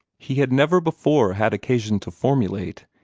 he had never before had occasion to formulate,